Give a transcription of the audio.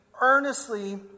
earnestly